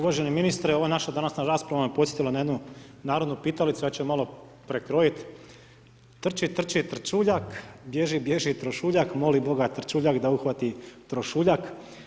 Uvaženi ministre, ova današnja rasprava me podsjetila na jednu narodnu pitalicu, ja ću je malo prekrojiti, trči, trči trčuljak, bježi, bježi trošuljak, moli boga trčuljak da uhvati trošouljak.